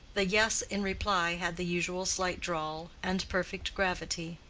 the yes in reply had the usual slight drawl and perfect gravity.